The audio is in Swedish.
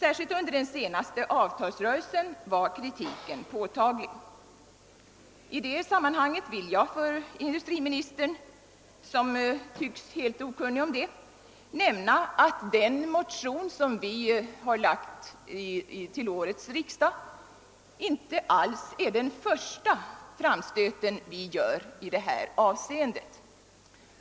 Särskilt under den senaste avtalsrörelsen var kritiken påtaglig. I det sammanhanget vill jag för industriministern, som tycks helt okunnig om det, nämna, att den motion vi har framlagt vid årets riksdag inte är den första framstöten vi gör i detta avseende.